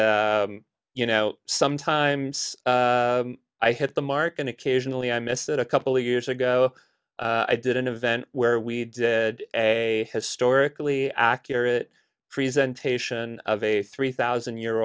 d you know sometimes i hit the mark and occasionally i missed it a couple years ago i did an event where we did a historically accurate presentation of a three thousand year